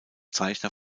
zeichner